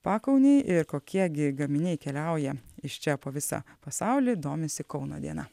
pakaunei ir kokie gi gaminiai keliauja iš čia po visą pasaulį domisi kauno diena